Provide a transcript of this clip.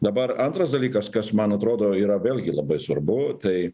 dabar antras dalykas kas man atrodo yra vėlgi labai svarbu tai